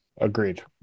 agreed